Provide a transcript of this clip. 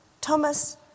Thomas